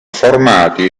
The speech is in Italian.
formati